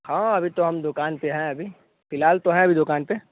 हाँ अभी तो हम दुकान पर हैं अभी फ़िलहाल तो हैं अभी दुकान पर